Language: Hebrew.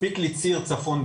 מספיק לי ציר צפון,